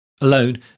Alone